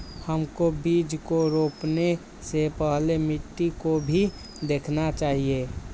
हमको बीज को रोपने से पहले मिट्टी को भी देखना चाहिए?